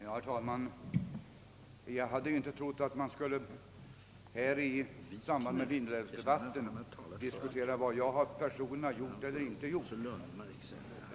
Herr talman! Jag hade inte trott att man här i samband med Vindelälvsdebatten skulle diskutera vad jag personligen har gjort eller inte har gjort.